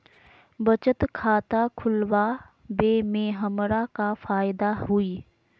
बचत खाता खुला वे में हमरा का फायदा हुई?